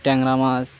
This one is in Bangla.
ট্যাংরা মাছ